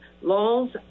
laws